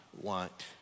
want